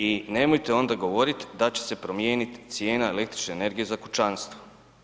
I nemojte onda govoriti da će se promijeniti cijena električne energije za kućanstvo.